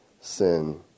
sin